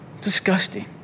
Disgusting